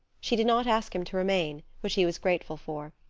she did not ask him to remain, which he was grateful for,